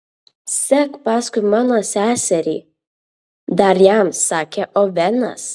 sek paskui mano seserį dar jam sakė ovenas